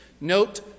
Note